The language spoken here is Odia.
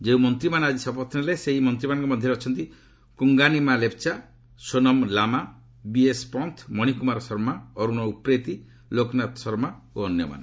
ଯେଉଁ ମନ୍ତ୍ରୀମାନେ ଆଜି ଶପଥ ନେଲେ ସେହି ମନ୍ତ୍ରୀମାନଙ୍କ ମଧ୍ୟରେ ଅଛନ୍ତି କୁଙ୍ଗାନିମା ଲେପ୍ଚା ସୋନମ ଲାମା ବିଏସ୍ ପନ୍ତ ମଣିକୁମାର ଶର୍ମା ଅରୁଣ ଉପ୍ରେତି ଲୋକନାଥ ଶର୍ମା ଓ ଅନ୍ୟମାନେ